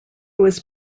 was